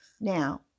Now